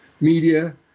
media